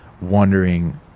Wondering